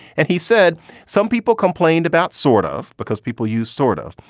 and he said some people complained about sort of because people used sort of.